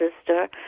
sister